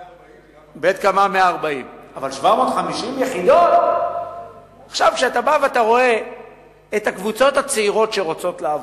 140. כשאתה רואה את הקבוצות הצעירות שרוצות לעבור,